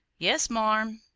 yes, marm,